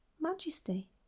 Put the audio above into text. majesty